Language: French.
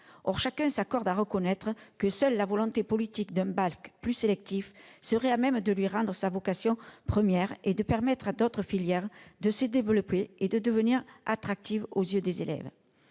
Or chacun s'accorde à reconnaître que seule la volonté politique d'un bac plus sélectif serait à même de lui rendre sa vocation première et de permettre à d'autres filières de se développer et de devenir attractives aux yeux des élèves.